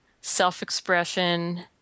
self-expression